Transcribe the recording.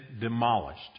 demolished